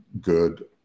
good